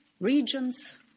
regions